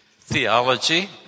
theology